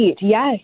Yes